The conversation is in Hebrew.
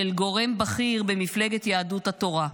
של גורם בכיר במפלגת יהדות התורה: